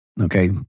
okay